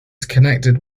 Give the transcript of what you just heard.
connected